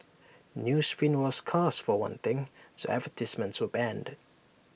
newsprint was scarce for one thing so advertisements were banned